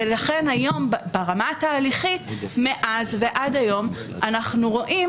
לכן היום ברמת התהליכית מאז ועד היום אנחנו רואים